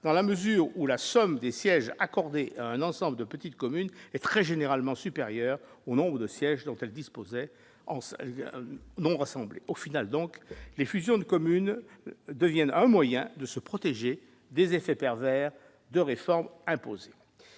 dans la mesure où la somme des sièges accordés à un ensemble de petites communes est très généralement supérieure au nombre de sièges dont elles disposaient avant d'être rassemblées. En résumé, les fusions de communes sont aussi un moyen de se protéger des effets pervers de réformes imposées